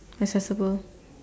accessible